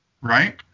Right